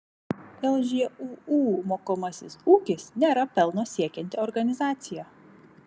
lžūu mokomasis ūkis nėra pelno siekianti organizacija